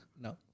No